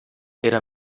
era